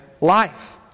life